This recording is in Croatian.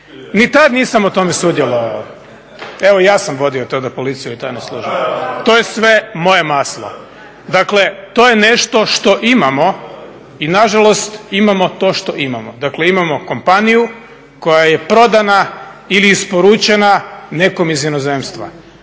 ni tad nisam u tome sudjelovao. Evo, ja sam vodio tada policiju i tajne službe, to je sve moje maslo. Dakle, to je nešto što imamo i nažalost imamo to što imamo. Dakle, imamo kompaniju koja je prodana ili isporučena nekom iz inozemstva.